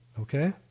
Okay